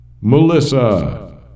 Melissa